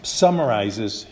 summarizes